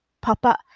Papa